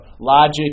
logic